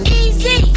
easy